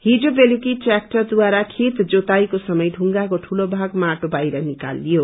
हिजो बेलुकी टयाक्टर द्वारा खेतजोताईको समय ढुंगाको ठूलो भाग माटो बाहिर निकल्यो